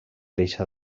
deixa